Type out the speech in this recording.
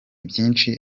byinshi